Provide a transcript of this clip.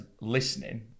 listening